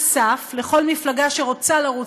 עקבו אחרי כל מילה ומילה,